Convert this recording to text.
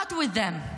Not with them.